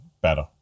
better